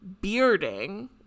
bearding